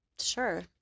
Sure